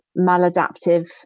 maladaptive